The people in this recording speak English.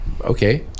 okay